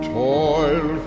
toil